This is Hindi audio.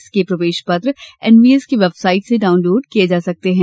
इसके प्रवेष पत्र एनवीएस की वेबसाइट से डाउनलोड किए जा सकते हैं